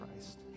Christ